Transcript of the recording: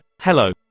hello